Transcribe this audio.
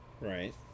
Right